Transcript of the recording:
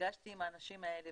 נפגשתי עם האנשים האלה